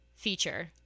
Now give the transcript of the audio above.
feature